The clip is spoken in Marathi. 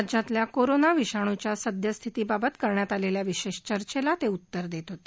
राज्यातल्या कोरोना विषाणूच्या सद्यस्थितीबद्दल करण्यात आलेल्या विशेष चर्चेला ते उत्तर देत होते